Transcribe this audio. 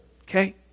Okay